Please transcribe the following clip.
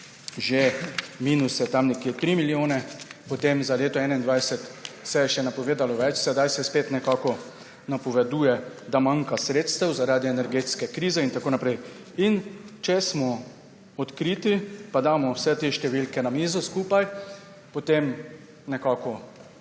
že minuse tam nekje 3 milijone, potem za leto 2021 se je še napovedalo več, sedaj se spet nekako napoveduje, da manjka sredstev zaradi energetske krize in tako naprej. In če smo odkriti, pa damo vse te številke na mizo skupaj, potem nekako